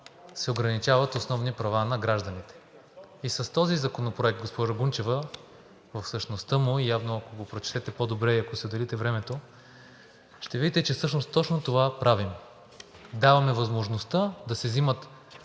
се ограничават основните права на гражданите. С този законопроект, госпожо Гунчева, в същността му е явно, ако го прочетете по-добре и ако си отделите от времето, ще видите, че всъщност точно това правим – даваме възможност да се взима